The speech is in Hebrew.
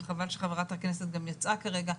וחבל שחברת הכנסת גם יצאה כרגע,